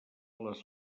les